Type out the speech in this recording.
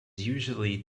usually